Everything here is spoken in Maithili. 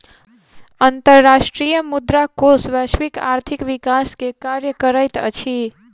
अंतर्राष्ट्रीय मुद्रा कोष वैश्विक आर्थिक विकास के कार्य करैत अछि